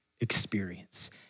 experience